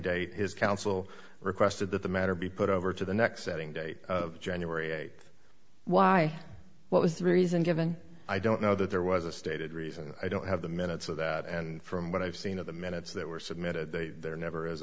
date his counsel requested that the matter be put over to the next setting day of january eighth why what was the reason given i don't know that there was a stated reason i don't have the minutes of that and from what i've seen of the minutes that were submitted there never